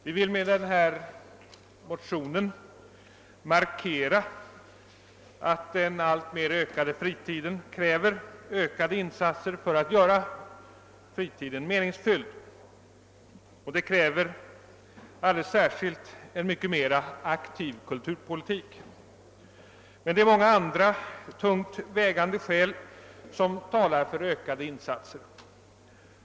Vi vill med den motionen markera att den alltmer ökade fritiden kräver ökade insatser för att göra fritiden meningsfylld, och det kräver alldeles särskilt en mycket mer aktiv kuturpolitik. Det finns emellertid också många andra tungt vägande skäl som talar för ökade insatser.